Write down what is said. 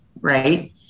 right